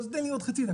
תן לי עוד חצי דקה.